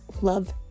love